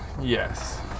yes